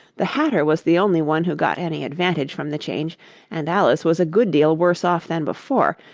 the hatter was the only one who got any advantage from the change and alice was a good deal worse off than before,